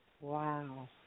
Wow